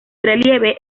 relieve